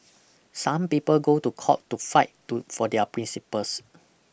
some people go to court to fight to for their principles